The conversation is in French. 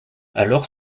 alors